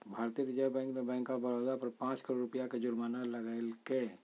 भारतीय reserve bank ने bank of Baroda पर पांच करोड़ रुपया के जुर्माना लगैलके